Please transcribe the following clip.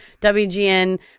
WGN